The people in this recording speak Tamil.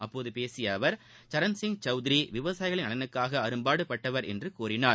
அப்போது பேசிய அவர் சரண்சிங் சௌத்ரி விவசாயிகளின் நலனுக்காக அரும்பாடுபட்டவர் என்று கூறினார்